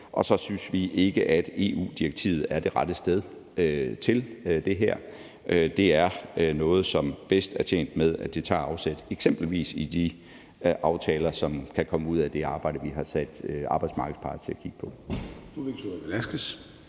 Og så synes vi ikke, at EU-direktivet er det rette sted til det her. Det er noget, hvor vi er bedst tjent med, at det tager afsæt i eksempelvis de aftaler, som kan komme ud af det arbejde, vi har sat arbejdsmarkedets parter til at kigge på.